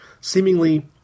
seemingly